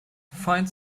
find